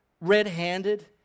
red-handed